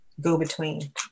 go-between